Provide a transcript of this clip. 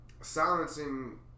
silencing